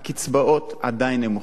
הקצבאות עדיין נמוכות,